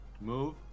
move